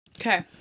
Okay